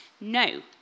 No